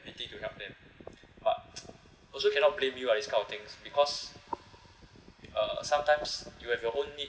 pity to help them but also cannot blame you lah this kind of things because uh sometimes you have your own need